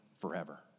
forever